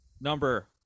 Number